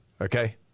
Okay